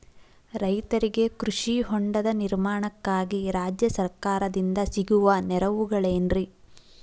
ರೈತರಿಗೆ ಕೃಷಿ ಹೊಂಡದ ನಿರ್ಮಾಣಕ್ಕಾಗಿ ರಾಜ್ಯ ಸರ್ಕಾರದಿಂದ ಸಿಗುವ ನೆರವುಗಳೇನ್ರಿ?